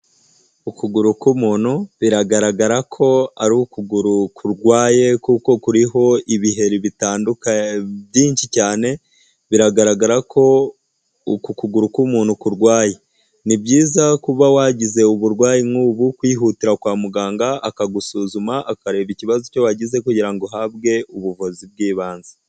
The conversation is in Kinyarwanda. Ukuguru k'umuntu biragaragara ko ari ukuguru kurwaye kuko kuriho ibiheri bitandukanye byinshi cyane, biragaragara ko uku ukuguru k'umuntu kurwaye. Ni byiza kuba wagize uburwayi nk'ubu kwihutira kwa muganga akagusuzuma akareba ikibazo icyo wagize, kugira ngo uhabwe ubuvuzi bw'ibanze.